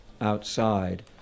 outside